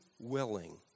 willing